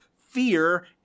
fear